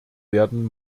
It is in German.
werden